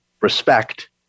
respect